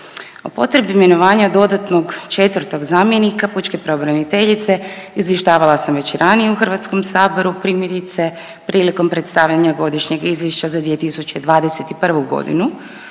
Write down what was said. O potrebi imenovanja dodatnog četvrtog zamjenika pučke pravobraniteljice izvještavala sam već i ranije u Hrvatskom saboru primjerice prilikom predstavljanja godišnjeg izvješća za 2021. godinu,